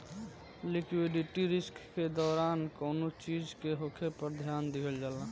liquidity risk के दौरान कौनो चीज के होखे पर ध्यान दिहल जाला